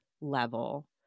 level